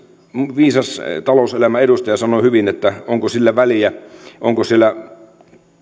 viisas talouselämän edustaja sanoi hyvin että onko sillä väliä onko siellä